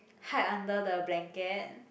hide under the blanket